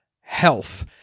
health